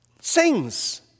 sings